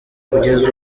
kugeza